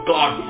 God